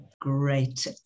great